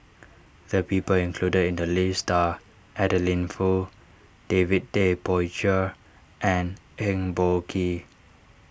the people included in the list are Adeline Foo David Tay Poey Cher and Eng Boh Kee